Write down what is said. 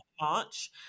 march